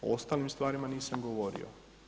O ostalim stvarima nisam govorio.